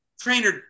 trainer